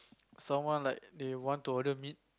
someone like they want to order meat